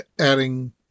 adding